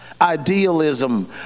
idealism